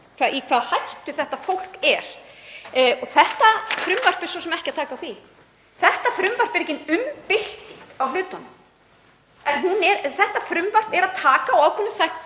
í hvaða hættu þetta fólk er. Þetta frumvarp er svo sem ekki að taka á því. Þetta frumvarp er engin umbylting á hlutunum. Þetta frumvarp er að taka á ákveðnum